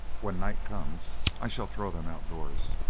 when night comes i shall throw them outdoors.